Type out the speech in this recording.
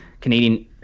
Canadian